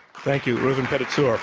thank you, reuven pedatzur.